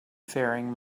faring